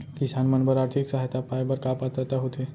किसान मन बर आर्थिक सहायता पाय बर का पात्रता होथे?